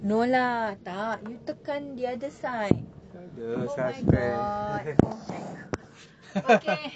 no lah tak you tekan the other side oh my god oh my god okay